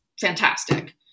fantastic